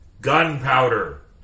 Gunpowder